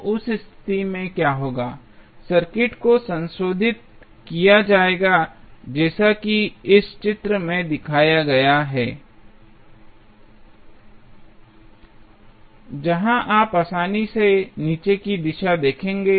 तो उस स्थिति में क्या होगा सर्किट को संशोधित किया जाएगा जैसा कि इस चित्र में दिखाया गया है जहां आप आसानी से नीचे की दिशा देखेंगे